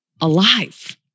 alive